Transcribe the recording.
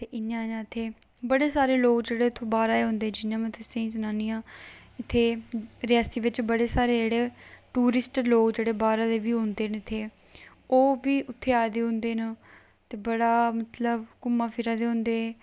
ते इ'यां इयां इत्थै बड़े सारे लोक जेहड़े इत्थै बाह्रा दा औंदे जि'यां मतलब में तुसें गी सनान्नी आं इत्थै रियासी बिच बड़े सारे जेहड़े टूरिस्ट लोक जेहड़े बाह्रा दा बी औंदे न इत्थै ओह् बी उत्थै आए दे होंदे न बड़ा मतलब इत्थै ओंदे न